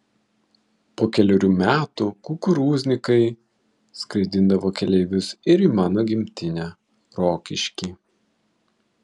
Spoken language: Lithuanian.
po kelerių metų kukurūznikai skraidindavo keleivius ir į mano gimtinę rokiškį